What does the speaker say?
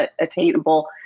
attainable